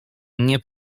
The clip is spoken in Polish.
nie